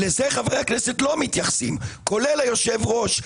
לזה חברי הכנסת לא מתייחסים, כולל היושב-ראש.